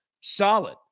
solid